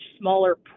smaller